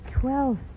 Twelve